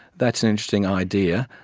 that's an interesting idea.